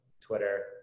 Twitter